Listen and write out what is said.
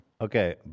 Okay